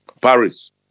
Paris